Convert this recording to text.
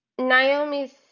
Naomi's